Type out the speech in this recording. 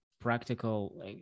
practical